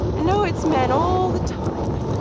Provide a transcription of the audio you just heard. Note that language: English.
and now it's men all the time.